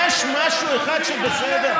יש משהו אחד שבסדר?